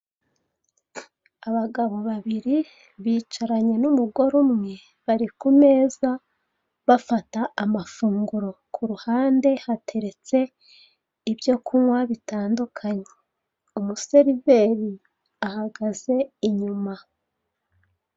Abagabo babiri bicaranye n'umugore umwe, bari kumeza bafata amafunguro; ku ruhande hateretse ibyo kunywa bitandukanye, umuseriveri ahagaze inyuma.